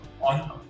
on